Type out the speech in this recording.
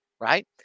right